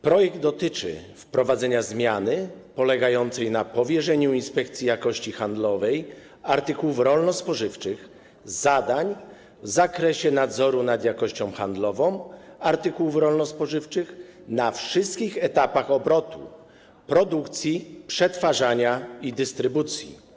Projekt dotyczy wprowadzenia zmiany polegającej na powierzeniu Inspekcji Jakości Handlowej Artykułów Rolno-Spożywczych zadań w zakresie nadzoru nad jakością handlową artykułów rolno-spożywczych na wszystkich etapach obrotu, produkcji, przetwarzania i dystrybucji.